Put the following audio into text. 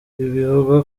bivugwa